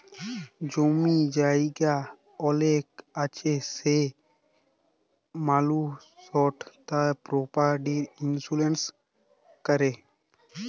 জমি জায়গা অলেক আছে সে মালুসট তার পরপার্টি ইলসুরেলস ক্যরে